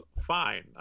fine